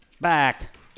Back